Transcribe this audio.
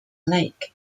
lake